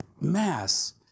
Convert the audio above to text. mass